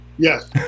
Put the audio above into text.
Yes